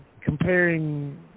comparing